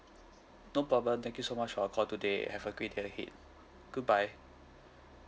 no problem thank you so much for your call today have a great day ahead goodbye